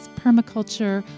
permaculture